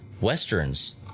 Westerns